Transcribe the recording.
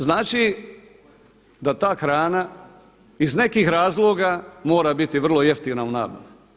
Znači da ta hrana iz nekih razloga mora biti vrlo jeftina u nabavi.